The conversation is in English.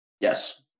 Yes